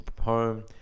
home